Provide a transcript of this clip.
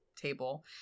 table